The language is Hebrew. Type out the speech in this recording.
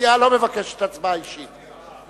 הסיעה לא מבקשת הצבעה אישית?